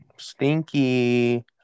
Stinky